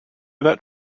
that